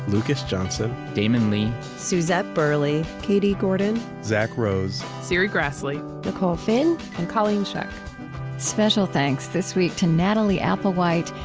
lucas johnson, damon lee, suzette burley, katie gordon, zack rose, serri graslie, nicole finn, and colleen scheck special thanks this week to nathalie applewhite,